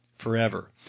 Forever